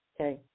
Okay